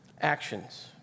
actions